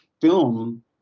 film